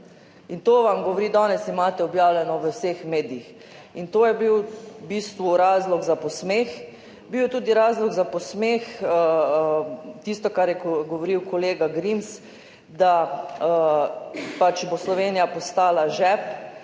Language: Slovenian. in to vam govorim danes, imate objavljeno v vseh medijih. In to je bil v bistvu razlog za posmeh, bil je tudi razlog za posmeh tisto, kar je govoril kolega Grims, da bo Slovenija postala žep,